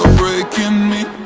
breaking my